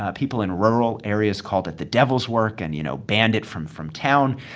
ah people in rural areas called it the devil's work and, you know, banned it from from town.